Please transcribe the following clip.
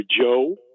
Joe